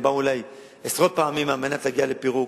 הם באו אלי עשרות פעמים כדי להגיע לפירוק,